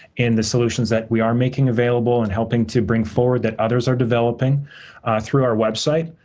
in the solutions that we are making available and helping to bring forward that others are developing through our website.